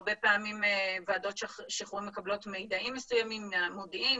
הרבה פעמים ועדות שחרור מקבלות מידע מסוים מהמודיעין,